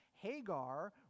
Hagar